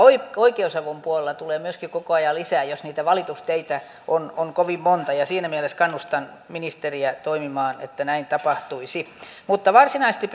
oikeusavun puolella tulee myöskin koko ajan lisää jos niitä valitusteitä on on kovin monta siinä mielessä kannustan ministeriä toimimaan että näin tapahtuisi mutta varsinaisesti